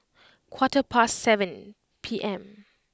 quarter past seven P M